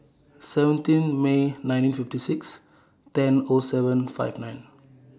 seventeen May nineteen fifty six ten O seven five nine